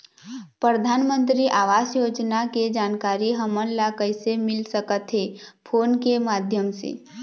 परधानमंतरी आवास योजना के जानकारी हमन ला कइसे मिल सकत हे, फोन के माध्यम से?